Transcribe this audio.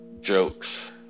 jokes